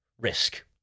risk